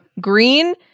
green